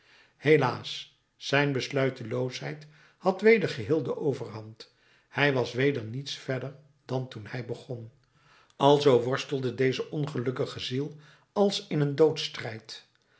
helaas zijn besluiteloosheid had weder geheel de overhand hij was weder niets verder dan toen hij begon alzoo worstelde deze ongelukkige ziel als in een doodsstrijd